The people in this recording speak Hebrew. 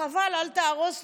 חבל אל תהרוס לו,